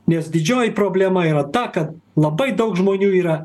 nes didžioji problema yra ta kad labai daug žmonių yra